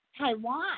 Taiwan